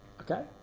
Okay